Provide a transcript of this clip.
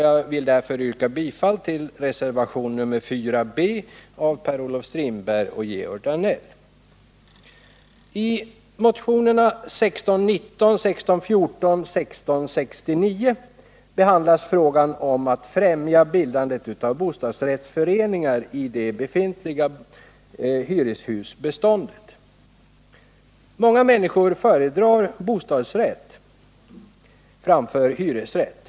Jag yrkar därför bifall till reservationen 4 b av Per-Olof Strindberg och Georg Danell. I motionerna 1619, 1614 och 1669 behandlas frågan om att främja bildandet av bostadsrättsföreningar i det befintliga hyreshusbeståndet. Många människor föredrar bostadsrätt framför hyresrätt.